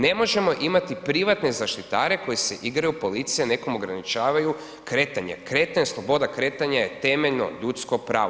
Ne možemo imati privatne zaštitare koji se igraju policije nekom ograničavaju kretanje, kretanje, sloboda kretanje je temeljeno ljudsko pravo.